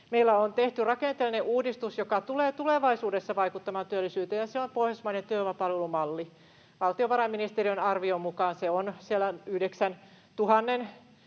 Meillä on tehty rakenteellinen uudistus, joka tulee tulevaisuudessa vaikuttamaan työllisyyteen, ja se on pohjoismainen työvoimapalvelumalli. Valtiovarainministeriön arvion mukaan se on 90 000